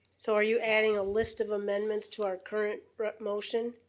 so are you adding a list of amendments to our current motion?